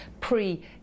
pre